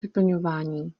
vyplňování